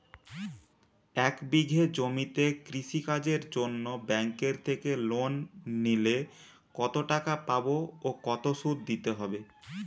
এক বিঘে জমিতে কৃষি কাজের জন্য ব্যাঙ্কের থেকে লোন নিলে কত টাকা পাবো ও কত শুধু দিতে হবে?